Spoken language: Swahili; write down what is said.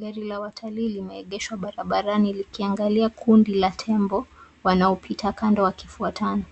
Gari la watalii limeegeshwa barabarani likiangalia kundi la Tembo wanaopita kando wakifuatana